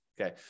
Okay